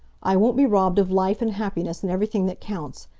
i won't be robbed of life and happiness and everything that counts!